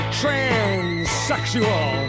transsexual